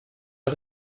der